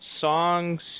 songs